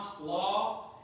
Law